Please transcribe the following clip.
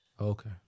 Okay